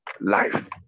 life